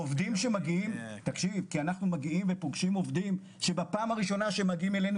אנחנו פוגשים עובדים שכאשר הם מגיעים אלינו